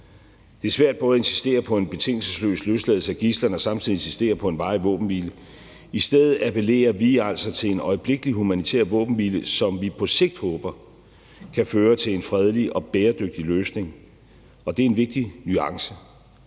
Det er svært både at insistere på en betingelsesløs løsladelse af gidslerne og samtidig insistere på en varig våbenhvile. I stedet appellerer vi altså til en øjeblikkelig humanitær våbenhvile, som vi på sigt håber kan føre til en fredelig og bæredygtig løsning. Det er en vigtig nuance,